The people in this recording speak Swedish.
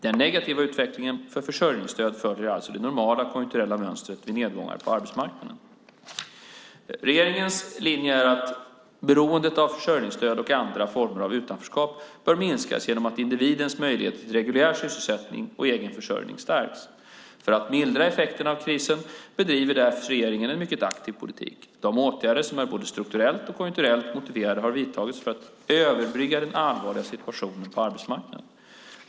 Den negativa utvecklingen för försörjningsstödet följer alltså det normala konjunkturella mönstret vid nedgångar på arbetsmarknaden. Regeringens linje är att beroendet av försörjningsstöd och andra former av utanförskap bör minskas genom att individens möjligheter till reguljär sysselsättning och egen försörjning stärks. För att mildra effekterna av krisen bedriver därför regeringen en mycket aktiv politik. De åtgärder som är både strukturellt och konjunkturellt motiverade har vidtagits för att överbrygga den allvarliga situationen på arbetsmarknaden.